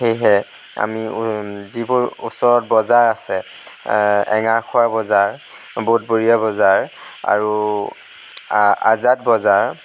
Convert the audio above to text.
সেয়েহে আমি যিবোৰ ওচৰত বজাৰ আছে এঙাৰখোৱা বজাৰ বুধবৰীয়া বজাৰ আৰু আ আজাদ বজাৰ